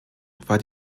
war